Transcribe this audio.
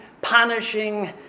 punishing